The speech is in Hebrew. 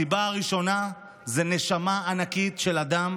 הסיבה הראשונה זה נשמה ענקית של אדם